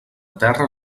terra